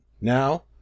Now